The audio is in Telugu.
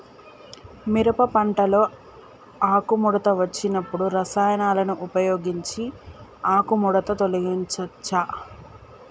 మిరప పంటలో ఆకుముడత వచ్చినప్పుడు రసాయనాలను ఉపయోగించి ఆకుముడత తొలగించచ్చా?